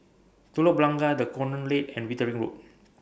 Telok Blangah The Colonnade and Wittering Road